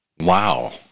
Wow